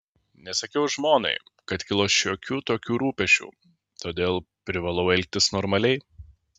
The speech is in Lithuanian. nesakiau žmonai kad kilo šiokių tokių rūpesčių todėl privalau elgtis normaliai